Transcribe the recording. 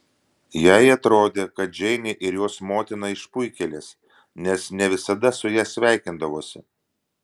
jai atrodė kad džeinė ir jos motina išpuikėlės nes ne visada su ja sveikindavosi